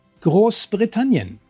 Großbritannien